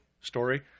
story